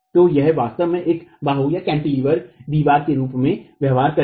तो यह वास्तव में एक बाहूकैंटिलीवर दीवार के रूप में व्यवहार करेगा